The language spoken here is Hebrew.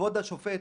כבוד השופט